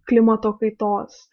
klimato kaitos